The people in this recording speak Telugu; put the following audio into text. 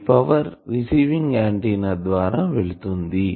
ఈ పవర్ రిసీవింగ్ ఆంటిన్నా ద్వారా వెళ్తుంది